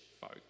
folk